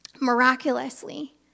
miraculously